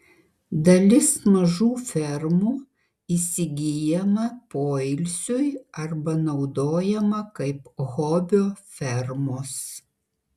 dalis mažų fermų įsigyjama poilsiui arba naudojama kaip hobio fermos